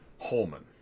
Holman